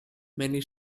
many